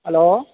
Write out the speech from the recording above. hello